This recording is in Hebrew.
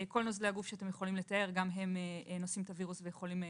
כל נוזלי הגוף שאתם יכולים לתאר נושאים את הווירוס ויכולים להדביק,